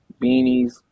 beanies